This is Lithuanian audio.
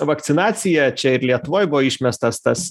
vakcinacija čia ir lietuvoj buvo išmestas tas